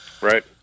Right